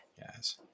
yes